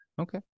Okay